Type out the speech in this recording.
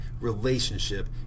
relationship